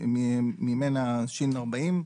ש/40,